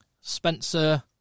Spencer